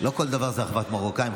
לא כל דבר זה אחוות מרוקאים,